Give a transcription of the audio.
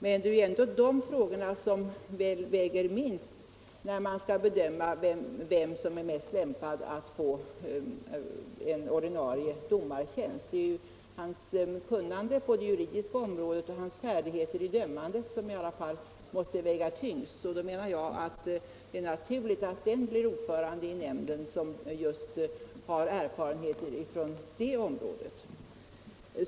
Men det är ju ändå de frågorna som väger minst när man skall bedöma vem som är mest lämpad att få en ordinarie domartjänst. Det är ju hans kunnande på det juridiska området och hans färdigheter i dömandet som i alla fall måste väga tyngst. Därför menar jag att det är naturligt att den blir ordförande i nämnden som just har erfarenheter från det området.